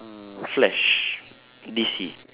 uh flash D_C